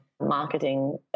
marketing